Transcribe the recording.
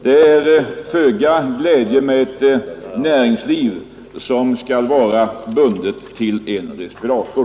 Det är föga glädje med ett näringsliv som skall vara bundet till en respirator.